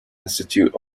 institute